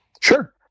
Sure